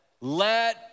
let